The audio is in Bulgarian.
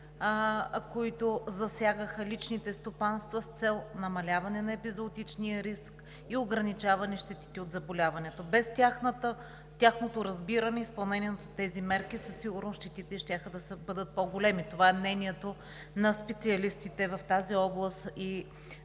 които засягаха личните стопанства с цел намаляване на епизоотичния риск и ограничаване щетите от заболяването. Без тяхното разбиране и изпълнението на тези мерки със сигурност щетите щяха да бъдат по-големи. Това е мнението на специалистите в тази област и